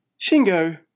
Shingo